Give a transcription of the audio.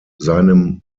seinem